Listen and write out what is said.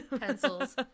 pencils